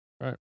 Right